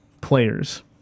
players